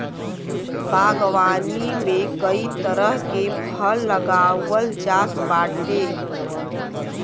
बागवानी में कई तरह के फल लगावल जात बाटे